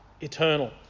eternal